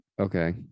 okay